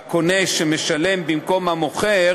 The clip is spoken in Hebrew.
לקונה שמשלם במקום המוכר